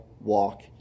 walk